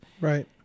Right